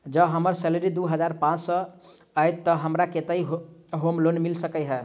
जँ हम्मर सैलरी दु हजार पांच सै हएत तऽ हमरा केतना होम लोन मिल सकै है?